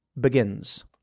begins